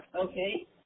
okay